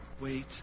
Wait